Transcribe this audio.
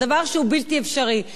יש חוק בכנסת,